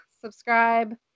subscribe